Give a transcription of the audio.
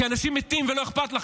כי אנשים מתים, ולא אכפת לכם.